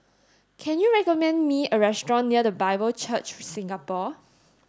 can you recommend me a restaurant near The Bible Church Singapore